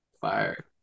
Fire